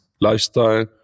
lifestyle